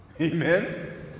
Amen